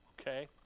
okay